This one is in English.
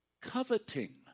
coveting